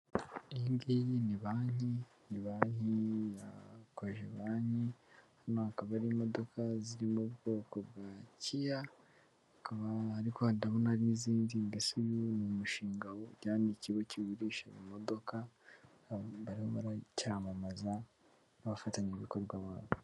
Iyi ngiyi ni banki, ni banki cojebanki . Hano hakaba hari imodoka ziri mu ubwoko bwa kiya. Ariko ndabona n'izindi mbese uyu ni umushinga ujyana n' ikigo kigurisha imodokadoka . Bakaba barimo baracyamamazaa n'abafatanyabikorwa babo.